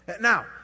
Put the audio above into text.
Now